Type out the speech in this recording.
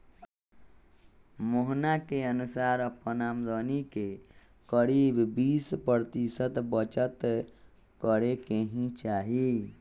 मोहना के अनुसार अपन आमदनी के करीब बीस प्रतिशत बचत करे के ही चाहि